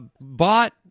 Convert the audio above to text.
bought